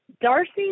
Darcy